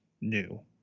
new